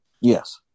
Yes